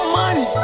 money